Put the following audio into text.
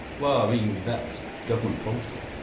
well i mean that's government policy,